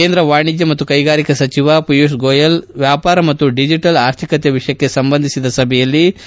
ಕೇಂದ್ರ ವಾಣಿಜ್ಯ ಮತ್ತು ಕೈಗಾರಿಕಾ ಸಚಿವ ಪಿಯೂಷ್ ಗೋಯಲ್ ವ್ಯಾಪಾರ ಮತ್ತು ಡಿಜೆಟಲ್ ಆರ್ಥಿಕತೆ ವಿಷಯಕ್ಕೆ ಸಂಬಂಧಿಸಿದ ಸಭೆಯಲ್ಲಿ ಪಾಲ್ಗೊಂಡಿದ್ದರು